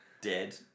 Dead